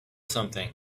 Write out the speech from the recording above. something